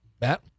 Matt